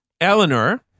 Eleanor